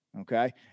okay